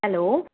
hello